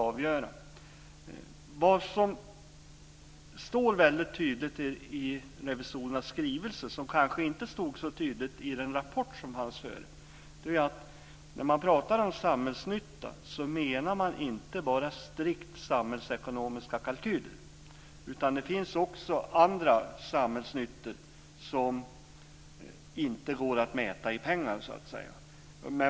Något som står tydligt i revisorernas skrivning, och som kanske inte stod så tydligt i rapporten, är att när man pratar om samhällsnytta menar man inte bara strikt samhällsekonomiska kalkyler, utan det finns också andra samhällsnyttor som inte går att mäta i pengar.